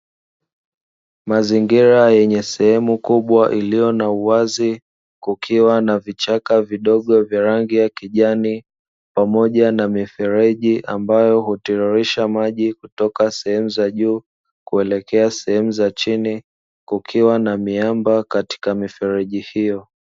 Mazingira yenye sehemu kubwa iliyo na uwazi kukiwa na vichaka vidogo vya rangi ya kijani, pamoja na mifereji ambayo hutiririsha maji kutoka sehemu za juu kuelekea sehemu za chini, kukiwa na miamba katika mifereji hiyo.